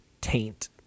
taint